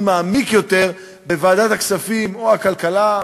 מעמיק יותר בוועדת הכספים או הכלכלה,